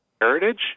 heritage